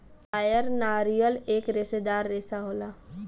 कायर नारियल एक रेसेदार रेसा होला